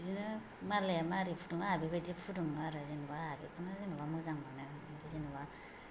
बिदिनो मालाया मारै फुदुंङो आंहा बेबायदि फुदुंङो आरो जेनोबा आंहा बेखौनो जेनोबा मोजां मोननानै जेनोबा